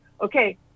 okay